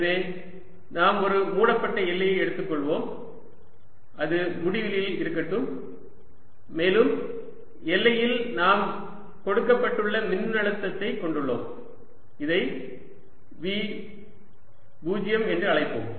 எனவே நாம் ஒரு மூடப்பட்ட எல்லையை எடுத்துக்கொள்வோம் அது முடிவிலியில் இருக்கக்கூடும் மேலும் எல்லையில் நாம் கொடுக்கப்பட்டுள்ள மின்னழுத்தத்தை கொண்டுள்ளோம் இதை V 0 என்று அழைப்போம்